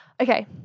okay